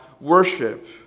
worship